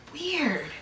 weird